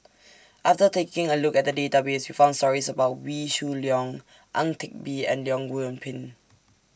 after taking A Look At The Database We found stories about Wee Shoo Leong Ang Teck Bee and Leong Yoon Pin